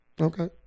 Okay